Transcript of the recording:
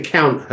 Count